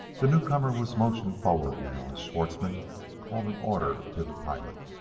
the newcomer was motioned forward now, as schwartzmann called an order to the pilot